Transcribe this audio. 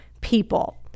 people